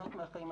וליהנות מהחיים.